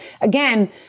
again